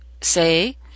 say